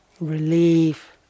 relief